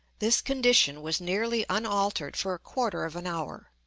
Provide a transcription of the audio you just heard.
this condition was nearly unaltered for a quarter of an hour.